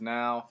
now